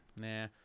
nah